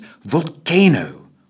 volcano